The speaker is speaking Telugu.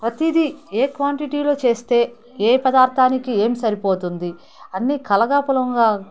ప్రతిదీ ఏ క్వాంటిటీలో చేస్తే ఏ పదార్థానికి ఏం సరిపోతుంది అన్నీ కలగాపులగంగా